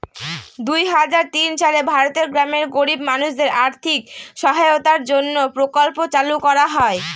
দুই হাজার তিন সালে ভারতের গ্রামের গরিব মানুষদের আর্থিক সহায়তার জন্য প্রকল্প চালু করা হয়